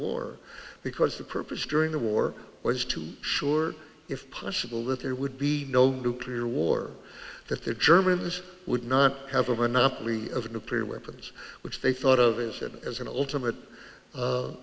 war because the purpose during the war was to sure if possible that there would be no nuclear war that the germans would not have a monopoly of nuclear weapons which they thought of as and as an ultimate